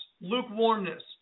lukewarmness